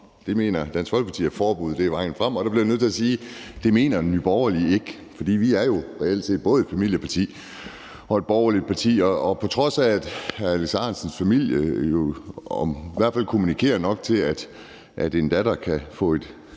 frem. Dansk Folkeparti mener, at forbud er vejen frem. Og der bliver jeg nødt til at sige: Det mener Nye Borgerlige ikke. For vi er jo reelt set både et familieparti og et borgerligt parti. Og på trods af at hr. Alex Ahrendtsens familie jo i hvert fald kommunikerer nok til, at en datter kan få et